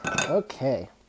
okay